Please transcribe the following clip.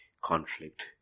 conflict